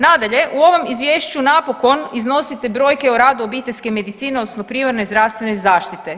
Nadalje, u ovom izvješću napokon iznosite brojke o radu obiteljske medicine odnosno primarne zdravstvene zaštite.